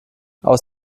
aus